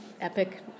epic